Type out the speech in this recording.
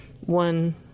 one